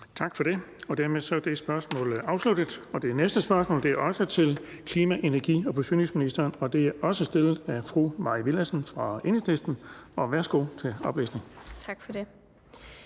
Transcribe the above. Tak for det. Dermed er det spørgsmål afsluttet. Det næste spørgsmål er også til klima-, energi- og forsyningsministeren, og det er også stillet af fru Mai Villadsen fra Enhedslisten. Kl. 16:52 Spm. nr. S 956 10)